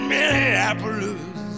Minneapolis